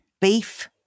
beef